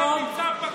במקום,